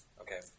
Okay